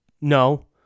No